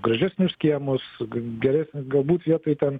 gražius nors kiemus gerai galbūt vietoj ten